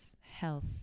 health